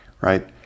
Right